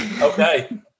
okay